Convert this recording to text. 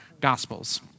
gospels